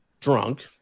drunk